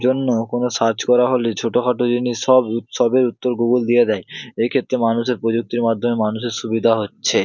জন্য কোনো সার্চ করা হলে ছোটখাটো জিনিস সব সবের উত্তর গুগুল দিয়ে দেয় এইক্ষেত্রে মানুষের প্রযুক্তির মাধ্যমে মানুষের সুবিধা হচ্ছে